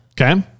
Okay